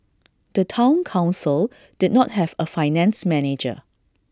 the Town Council did not have A finance manager